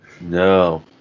No